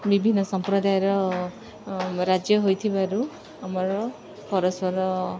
ବିଭିନ୍ନ ସମ୍ପ୍ରଦାୟର ରାଜ୍ୟ ହୋଇଥିବାରୁ ଆମର ପରସ୍ପର